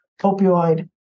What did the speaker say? opioid